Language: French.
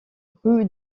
rue